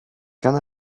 can